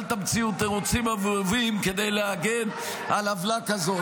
אל תמציאו תירוצים עלובים כדי להגן על עוולה כזאת.